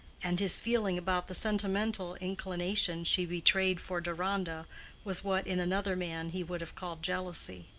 and his feeling about the sentimental inclination she betrayed for deronda was what in another man he would have called jealousy.